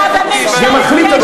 ומחליט,